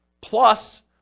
plus